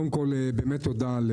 תודה.